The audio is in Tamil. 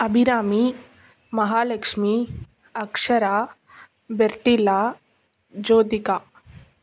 அபிராமி மஹாலெக்ஷ்மி அக்ஸ்சரா பெர்டில்லா ஜோதிகா